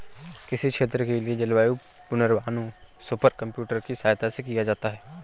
किसी क्षेत्र के लिए जलवायु पूर्वानुमान सुपर कंप्यूटर की सहायता से किया जाता है